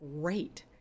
great